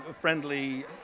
friendly